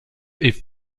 est